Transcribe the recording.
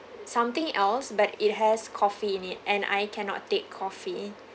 something else but it has coffee in it and I cannot take coffee